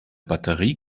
batterie